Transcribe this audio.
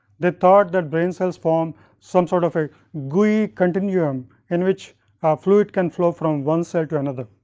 they thought that brain cells formed some sort of a gooey continuum in which fluid can flow from one cell to another,